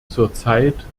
zurzeit